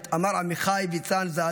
אמר עמיחי ויצן ז"ל: